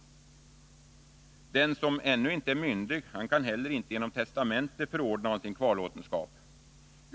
Den som ännu inte är myndig kan inte heller genom testamente förordna om sin kvarlåtenskap.